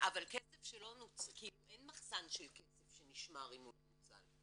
אבל אין מחסן של כסף שנשמר אם הוא לא נוצל,